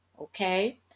Okay